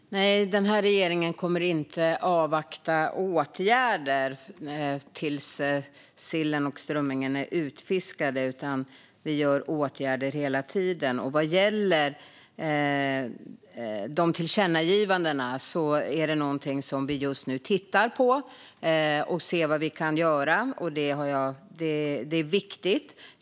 Fru talman! Nej, den här regeringen kommer inte att avvakta med åtgärder tills sillen och strömmingen är utfiskade. Vi vidtar åtgärder hela tiden. Just tillkännagivandena är någonting som vi tittar på och ser vad vi kan göra. Detta är ju viktigt.